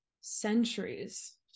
centuries